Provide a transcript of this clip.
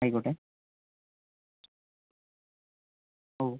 ആയിക്കോട്ടെ ഓ